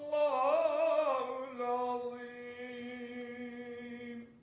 ah um you know a